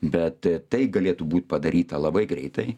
bet tai galėtų būt padaryta labai greitai